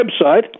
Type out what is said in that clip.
website